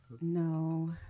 No